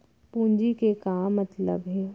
पूंजी के का मतलब हे?